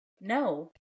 No